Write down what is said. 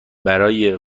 برای